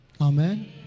Amen